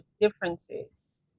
differences